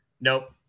nope